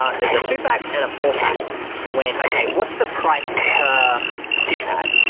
ah there's a two pack and a four pack. when. okay, what's the price per pee pad?